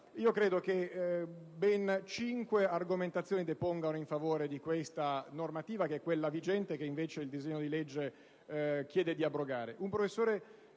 Credo che ben cinque argomentazioni depongano in favore di questa normativa, che è quella vigente e che il disegno di legge chiede invece di abrogare.